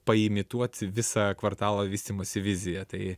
paimituot visą kvartalo vystymosi viziją tai